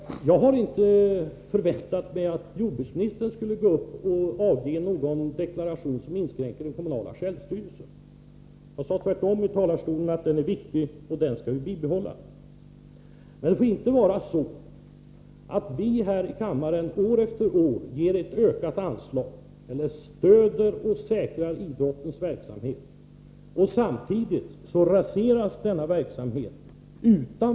Jag har inte förväntat mig att jordbruksministern skulle avge någon deklaration som inskränker den kommunala självstyrelsen. Jag sade tvärtom att den kommunala självstyrelsen är viktig och att den skall bibehållas. Men det får inte vara så att vi här i kammaren år efter år ger ett ökat anslag och stöder och säkrar idrottens verksamhet medan verksamheten samtidigt raseras ute i kommunerna.